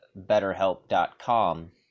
betterhelp.com